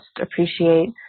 appreciate